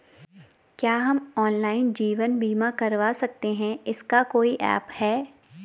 क्या हम ऑनलाइन जीवन बीमा करवा सकते हैं इसका कोई ऐप है?